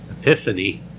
Epiphany